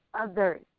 others